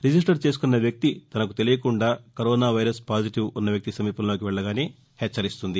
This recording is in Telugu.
రిజిస్టర్ చేసుకున్న వ్యక్తి తనకు తెలియకుండా కరోనా వైరస్ పాజిటీవ్ ఉన్న వ్యక్తి సమీపంలోకి వెళ్లగానే హెచ్చరిస్తుంది